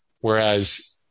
whereas